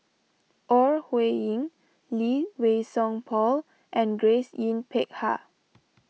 Ore Huiying Lee Wei Song Paul and Grace Yin Peck Ha